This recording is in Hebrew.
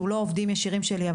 שהוא לא עובדים ישירים שלי,